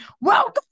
welcome